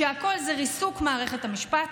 שכולם ריסוק מערכת המשפט,